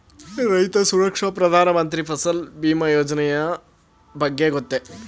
ರೈತ ಸುರಕ್ಷಾ ಪ್ರಧಾನ ಮಂತ್ರಿ ಫಸಲ್ ಭೀಮ ಯೋಜನೆಯ ಬಗ್ಗೆ ಗೊತ್ತೇ?